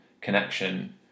connection